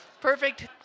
Perfect